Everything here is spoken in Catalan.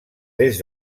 des